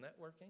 networking